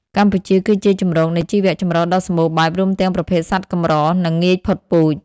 កម្ពុជាគឺជាជម្រកនៃជីវចម្រុះដ៏សំបូរបែប រួមទាំងប្រភេទសត្វកម្រ និងងាយផុតពូជ។